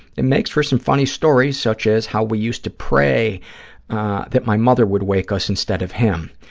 it makes for some funny stories, such as how we used to pray that my mother would wake us instead of him.